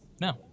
No